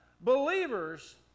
believers